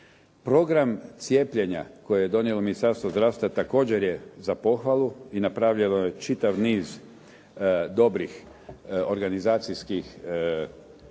Program cijepljenja koje je donijelo Ministarstvo zdravstva također je za pohvalu i napravljeno je čitav niz dobrih organizacijskih akcija